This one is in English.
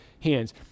hands